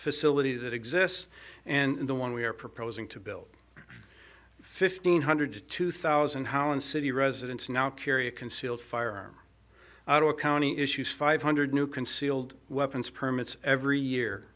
facility that exists and the one we're proposing to build fifteen hundred to two thousand how and city residents now carry a concealed firearm or county issues five hundred new concealed weapons permits every year